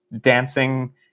dancing